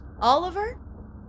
Oliver